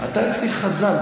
אתה אצלי חזן.